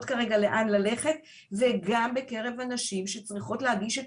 כרגע לאן ללכת וגם בקרב הנשים שצריכות להגיש את